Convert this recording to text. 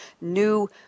new